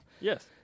yes